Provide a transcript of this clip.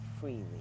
freely